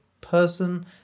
person